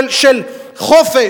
של חופש,